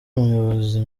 umuyobozi